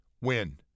win